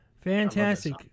Fantastic